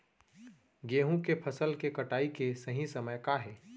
गेहूँ के फसल के कटाई के सही समय का हे?